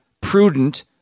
prudent